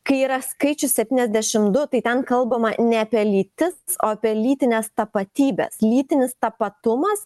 kai yra skaičius septyniasdešim du tai ten kalbama ne apie lytis o apie lytines tapatybes lytinis tapatumas